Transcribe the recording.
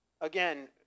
again